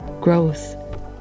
growth